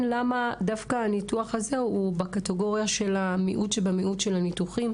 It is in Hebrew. למה דווקא הניתוח הזה בקטגוריה של המיעוט בניתוחים.